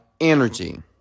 energy